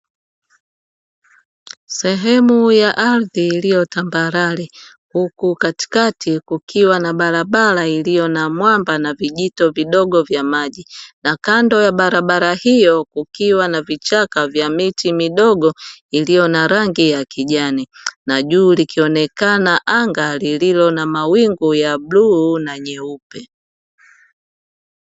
Sehemu ya ardhi iliyo tambarare huku katikati kukiwa na barabara iliyo na mwamba na vijito vidogo vya maji na kando ya barabara hiyo kukiwa na vichaka vya miti midogo iliyo na rangi ya kijani na juu likionekana anga lililo na mawingu ya bluu na nyeupe.